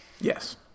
Yes